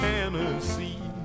Tennessee